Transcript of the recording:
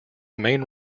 main